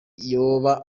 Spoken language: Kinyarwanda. yoba